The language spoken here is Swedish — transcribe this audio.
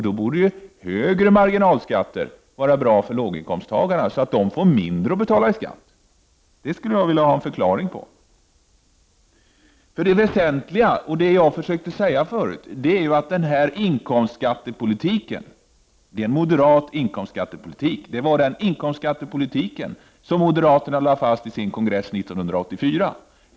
Då borde ju högre marginalskatter vara bra för låginkomsttagarna så att de får mindre att betala i skatt. Detta skulle jag vilja ha en förklaring på. Det väsentliga är, precis som jag försökte säga förut, att inkomstskattepolitiken är av moderat modell. Det var denna inkomstskattepolitik som moderaterna lade fast vid sin kongress 1984.